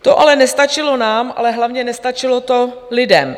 To ale nestačilo nám, ale hlavně nestačilo to lidem.